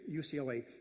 UCLA